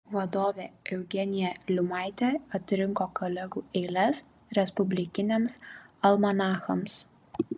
vadovė eugenija liumaitė atrinko kolegų eiles respublikiniams almanachams